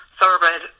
thoroughbred